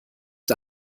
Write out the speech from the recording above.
der